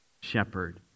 shepherd